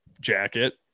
jacket